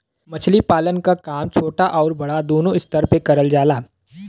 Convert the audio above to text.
मछली पालन क काम छोटा आउर बड़ा दूनो स्तर पे करल जाला